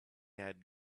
had